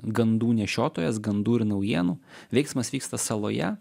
gandų nešiotojas gandų ir naujienų veiksmas vyksta saloje